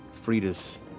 Frida's